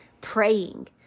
praying